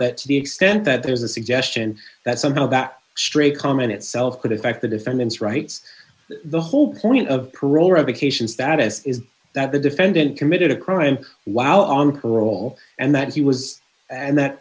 that to the extent that there's a suggestion that somehow that stray comment itself could affect the defendant's rights the whole point of parole revocations status is that the defendant committed a crime wow on parole and that he was and that